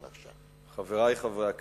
תודה, חברי חברי הכנסת,